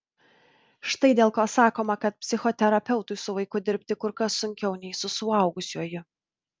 štai dėl ko sakoma kad psichoterapeutui su vaiku dirbti kur kas sunkiau nei su suaugusiuoju